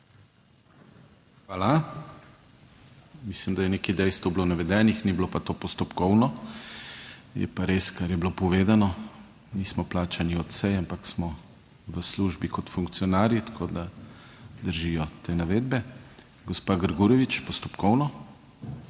Hvala. Mislim, da je nekaj dejstev bilo navedenih, ni bilo pa to postopkovno. Je pa res, kar je bilo povedano, nismo plačani od sej, ampak smo v službi kot funkcionarji, tako da držijo te navedbe. Gospa Grgurevič, postopkovno.